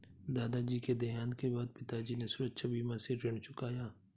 दादाजी के देहांत के बाद पिताजी ने सुरक्षा बीमा से ऋण चुकाया